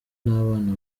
n’abana